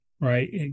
right